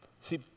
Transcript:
See